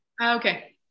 Okay